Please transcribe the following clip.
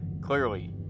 clearly